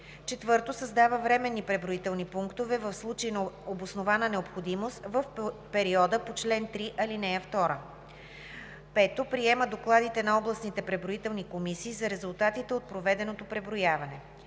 4. създава временни преброителни пунктове в случай на обоснована необходимост в периода по чл. 3, ал. 2; 5. приема докладите на областните преброителни комисии за резултатите от проведеното преброяване;